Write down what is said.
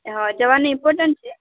હાં જવાનું ઇમ્પોટન્ટ છે